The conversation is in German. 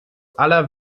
aller